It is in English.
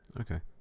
Okay